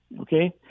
Okay